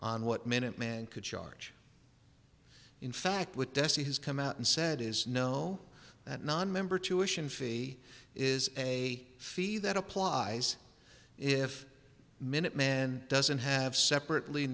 on what minuteman could charge in fact with jesse has come out and said is no that nonmember tuition fee is a fee that applies if minute man doesn't have separately